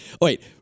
wait